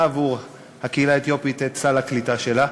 עבור הקהילה האתיופית את סל הקליטה שלה,